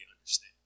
understand